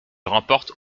remporte